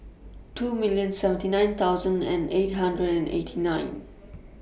two million seventy nine thsoud and eight hundred and eight nine